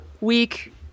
week